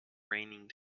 raining